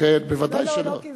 אפשר לקזז, כן, ודאי שלא.